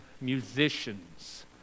musicians